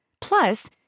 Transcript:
Plus